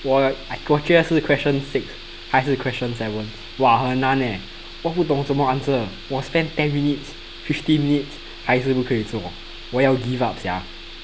我觉得是 question six 还是 question seven !wah! 很难 eh 我不懂怎么 answer 我 spent ten minutes fifteen minutes 还是不可以做我要 give up sia